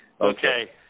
Okay